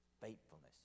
faithfulness